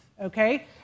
okay